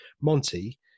Monty